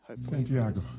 Santiago